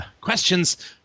questions